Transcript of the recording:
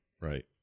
Right